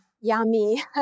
yummy